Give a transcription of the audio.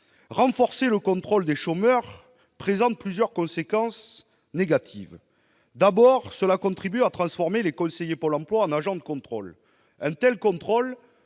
Renforcer le contrôle des chômeurs présente plusieurs conséquences négatives. D'abord, cela contribue à transformer les conseillers de Pôle emploi en agents de contrôle. Un tel contrôle